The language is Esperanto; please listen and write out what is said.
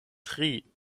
tri